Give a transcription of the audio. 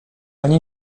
ani